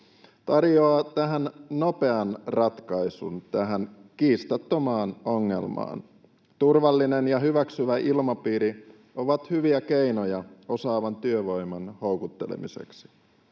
tarjoaa nopean ratkaisun tähän kiistattomaan ongelmaan. Turvallinen ja hyväksyvä ilmapiiri on hyvä keino osaavan työvoiman houkuttelemiseksi.